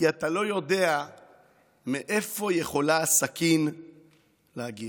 כי אתה לא יודע מאיפה יכולה הסכין להגיע.